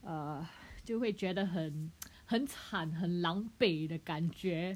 err 就会觉得很 很惨很狼狈的感觉